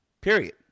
period